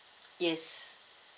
yes